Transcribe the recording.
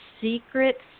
secret